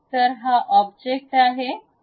तर हा ऑब्जेक्ट आहे